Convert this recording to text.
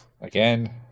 again